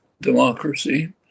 democracy